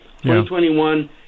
2021